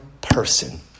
person